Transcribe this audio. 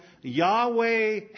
Yahweh